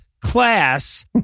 class